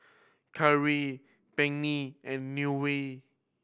Karli Peggy and Newell